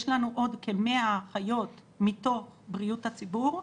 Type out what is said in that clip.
יש לנו עוד כ-100 אחיות מתוך בריאות הציבור,